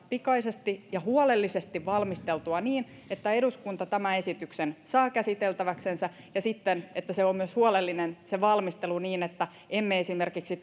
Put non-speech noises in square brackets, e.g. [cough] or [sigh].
pikaisesti ja huolellisesti valmisteltua niin että eduskunta tämän esityksen saa käsiteltäväksensä ja sitten että se valmistelu on myös huolellinen niin että emme esimerkiksi [unintelligible]